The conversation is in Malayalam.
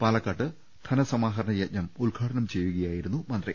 പാലക്കാട് ധനസമാഹരണ യജ്ഞം ഉദ്ഘാടനം ചെയ്യുകയായിരുന്നു മന്ത്രി